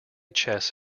chess